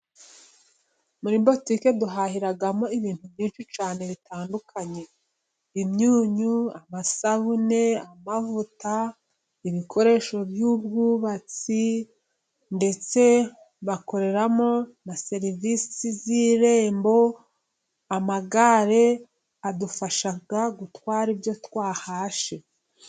Muri butike duhahiramo ibintu byinshi cyane bitandukanye: imyunyu amasabune ,amavuta ,ibikoresho by'ubwubatsi ndetse bakoreramo na serivisi z'irembo. Amagare adufasha gutwara ibyo twahashye.